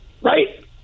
right